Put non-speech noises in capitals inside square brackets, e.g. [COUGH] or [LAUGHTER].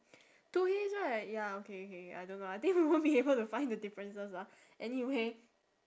two hays right ya okay okay I don't know I think [LAUGHS] I won't be able to find the differences ah anyway